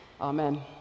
Amen